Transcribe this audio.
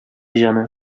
җаны